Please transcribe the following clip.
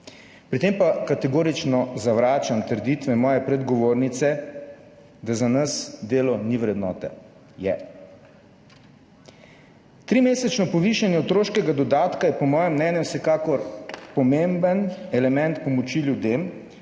Pri tem pa kategorično zavračam trditve predgovornice, da za nas delo ni vrednota. Je. Trimesečno povišanje otroškega dodatka je po mojem mnenju vsekakor pomemben element pomoči ljudem,